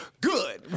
Good